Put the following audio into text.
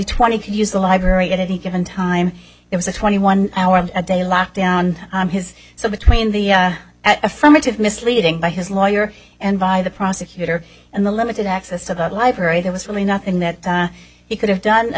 twenty can use the library at any given time it was a twenty one hour a day lockdown his so between the at affirmative misleading by his lawyer and by the prosecutor and the limited access to the library there was really nothing that he could have